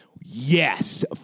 yes